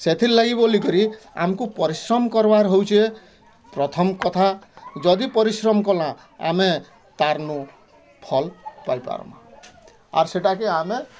ସେଥିର୍ ଲାଗି ବୋଲିକରି ଆମକୁ ପରିଶ୍ରମ୍ କର୍ବାର୍ ହଉଛେଁ ପ୍ରଥମ କଥା ଯଦି ପରିଶ୍ରମ୍ କଲା ଆମେ ତାରନୁଁ ଫଲ୍ ପାଇ ପର୍ମା ଆର୍ ସେଇଟାକେ ଆମେ